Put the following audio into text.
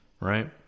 right